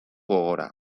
gogora